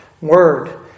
word